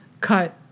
cut